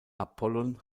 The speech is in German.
apollon